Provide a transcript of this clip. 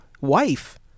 wife